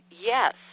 Yes